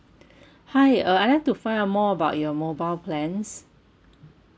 hi uh I'd like to find out more about your mobile plans